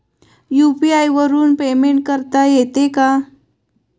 UPI वरून payment करता येते का?